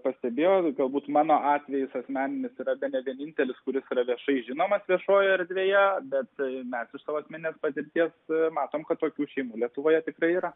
pastebėjot galbūt mano atvejis asmeninis yra bene vienintelis kuris yra viešai žinomas viešojoje erdvėje bet mes iš savo asmeninės patirties matom kad tokių šeimų lietuvoje tikrai yra